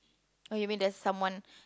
oh you mean there's someone